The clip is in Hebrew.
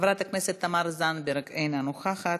חברת הכנסת תמר זנדברג, אינה נוכחת.